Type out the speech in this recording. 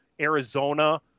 Arizona